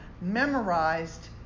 memorized